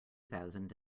thousand